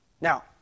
Now